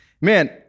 Man